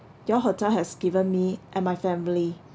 your hotel has given me and my family